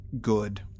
good